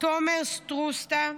תומר סטרוסטה,